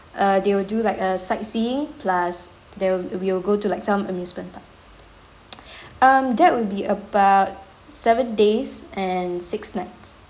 uh they will do like a sightseeing plus they will go to like some amusement park um that will be about seven days and six nights